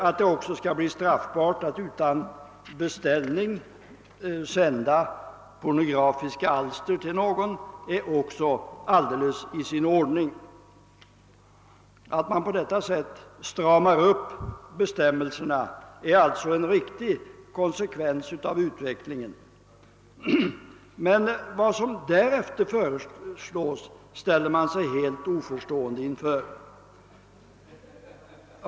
Att det skall bli straffbart att utan beställning sända pornografiska alster till någon är också alldeles i sin ordning. Det är alltså en riktig konsekvens av utvecklingen att man på detta sätt stramar upp bestämmelserna. Men vad som därefter föreslås ställer jag mig helt oförstående inför.